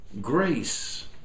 grace